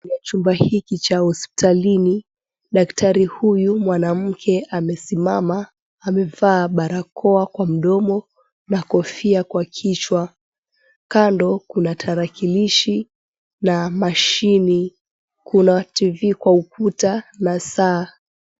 Chumba hiki cha hospitalini, daktari huyu mwanamke amesimama, amevaa barakoa kwa mdomo na kofia kwa kichwa. Kando kuna tarakilishi na mashine, kuna TV ukutani na saa.